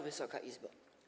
Wysoka Izbo!